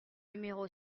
numéro